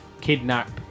kidnap